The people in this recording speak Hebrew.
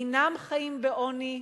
אינם חיים בעוני,